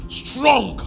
strong